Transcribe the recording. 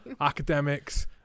academics